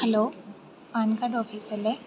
hello PAN card ഓഫീസല്ലേ